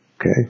okay